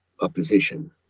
opposition